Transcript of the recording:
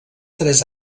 tres